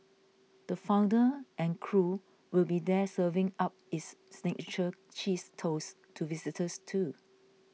the founder and crew will be there serving up its signature cheese toast to visitors too